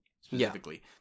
specifically